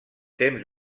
temps